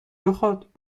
بخواد